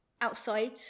outside